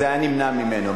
זה היה נמנע ממנו.